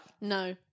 No